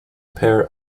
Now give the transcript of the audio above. per